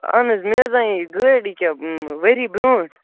اَہَن حظ مےٚ حظ اَنے گٲڑۍ یہِ کیٛاہ ؤری برٛونٛٹھ